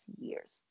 years